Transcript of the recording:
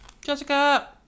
Jessica